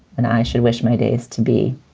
and i should wish my days to be.